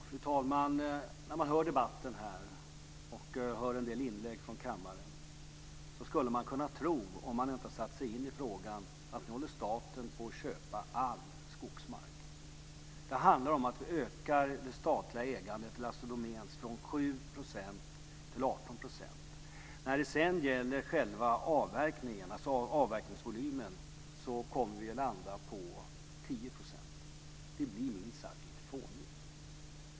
Fru talman! När man hör debatten här och hör en del inlägg från kammaren skulle man kunna tro, om man inte har satt sig in i frågan, att nu håller staten på att köpa all skogsmark. Det handlar om att vi ökar det statliga ägandet med Assi Domäns från 7 % till 18 %. När det sedan gäller själva avverkningsvolymen kommer vi att landa på 10 %. Debatten blir minst sagt fånig.